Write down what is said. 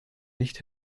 nicht